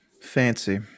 Fancy